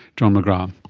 john mcgrath,